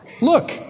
Look